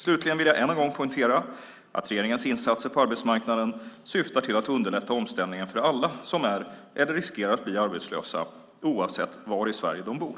Slutligen vill jag än en gång poängtera att regeringens insatser på arbetsmarknaden syftar till att underlätta omställningen för alla som är eller riskerar att bli arbetslösa, oavsett var i Sverige de bor.